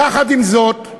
יחד עם זאת,